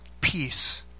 peace